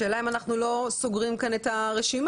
השאלה אם אנחנו לא סורים כאן את הרשימה.